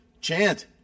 chant